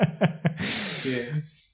yes